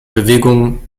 bewegung